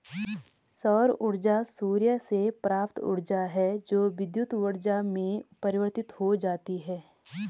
सौर ऊर्जा सूर्य से प्राप्त ऊर्जा है जो विद्युत ऊर्जा में परिवर्तित हो जाती है